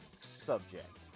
subject